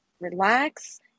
Relax